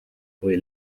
kui